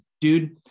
Dude